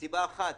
מסיבה אחת,